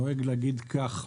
נוהג להגיד כך: